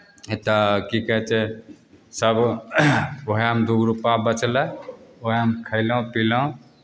एतऽ कि कहै छै सब ओहेमे दुइगो रुपा बचलै ओहेमे खएलहुँ पिलहुँ